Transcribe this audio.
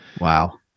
Wow